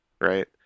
right